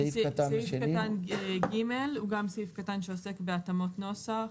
סעיף קטן (ג) הוא גם סעיף קטן שעוסק בהתאמות נוסח.